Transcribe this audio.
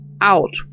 out